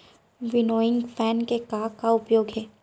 Winnowing fan के का का उपयोग हे?